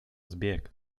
zbieg